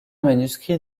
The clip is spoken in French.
manuscrit